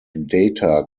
data